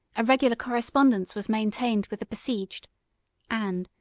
a regular correspondence was maintained with the besieged and,